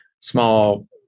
small